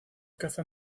caza